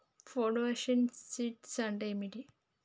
Foundation seeds అంటే ఏంటి?